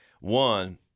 One